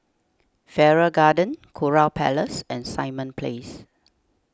Farrer Garden Kurau Place and Simon Place